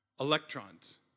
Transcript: Electrons